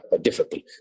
difficult